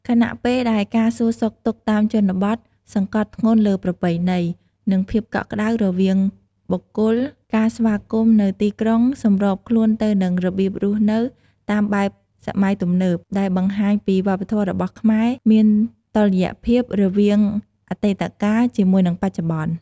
ខណៈពេលដែលការសួរសុខទុក្ខតាមជនបទសង្កត់ធ្ងន់លើប្រពៃណី និងភាពកក់ក្តៅរវាងបុគ្គល ការស្វាគមន៍នៅទីក្រុងសម្របខ្លួនទៅនឹងរបៀបរស់នៅតាមបែបសម័យទំនើប ដែលបង្ហាញពីវប្បធម៌របស់ខ្មែរមានតុល្យភាពរវាងអតីតកាលជាមួយនឹងបច្ចុប្បន្ន។